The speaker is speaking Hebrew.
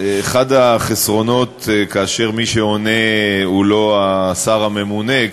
אחד החסרונות כאשר מי שעונה הוא לא השר הממונה,